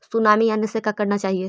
Tsunami आने से का करना चाहिए?